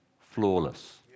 flawless